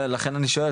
לכן אני שואל,